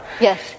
yes